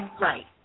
Right